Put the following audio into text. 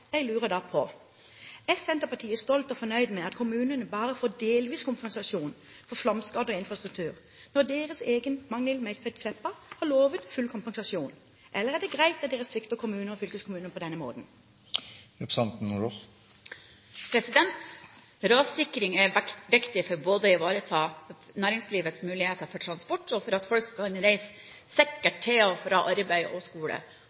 Jeg lurer da på: Er Senterpartiet stolt over og fornøyd med at kommunene bare får delvis kompensasjon for flomskade på infrastruktur, når deres egen Magnhild Meltveit Kleppa har lovet full kompensasjon? Eller er det greit at dere svikter kommuner og fylkeskommuner på denne måten? Rassikring er viktig både for å ivareta næringslivets muligheter for transport og for at folk kan reise sikkert til og fra arbeid og skole.